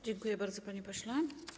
Dziękuję bardzo, panie pośle.